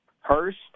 Hurst